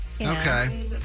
Okay